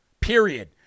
Period